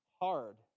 hard